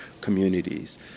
communities